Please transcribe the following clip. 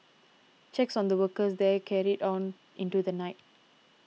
checks on the workers there carried on into the night